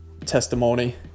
testimony